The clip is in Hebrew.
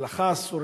ההלכה זה אסור,